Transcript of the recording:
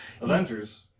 Avengers